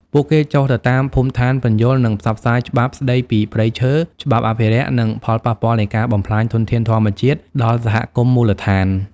ពួកគេចុះទៅតាមភូមិឋានពន្យល់ និងផ្សព្វផ្សាយច្បាប់ស្តីពីព្រៃឈើ ច្បាប់អភិរក្ស និងផលប៉ះពាល់នៃការបំផ្លាញធនធានធម្មជាតិ ដល់សហគមន៍មូលដ្ឋាន។